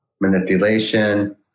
manipulation